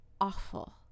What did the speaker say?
awful